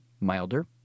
milder